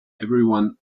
everyone